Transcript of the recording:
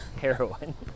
heroin